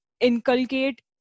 inculcate